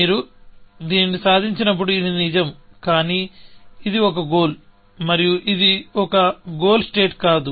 మీరు దీనిని సాధించినప్పుడు ఇది నిజం కానీ ఇది ఒక గోల్ మరియు ఇది ఒక గోల్ స్టేట్ కాదు